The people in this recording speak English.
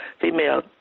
female